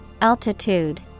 Altitude